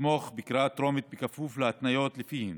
לתמוך בקריאה טרומית כפוף להתניות שלפיהן